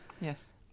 Yes